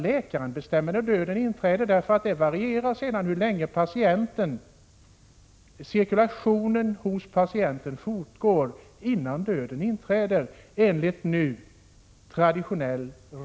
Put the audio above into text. Läkaren får bestämma när döden inträder. Enligt gällande tradition lever en människa så länge blodet cirkulerar i hennes kropp.